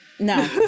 No